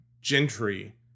Gentry